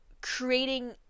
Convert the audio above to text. creating